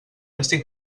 estic